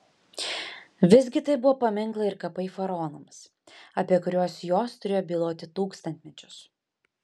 visgi tai buvo paminklai ir kapai faraonams apie kuriuos jos turėjo byloti tūkstantmečius